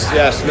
yes